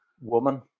woman